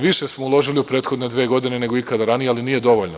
Više smo uložili u prethodne dve godine nego ikada ranije, ali nije dovoljno.